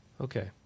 Okay